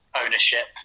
ownership